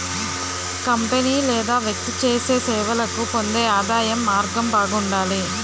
company లేదా వ్యక్తి చేసిన సేవలకు పొందే ఆదాయం మార్గం బాగుండాలి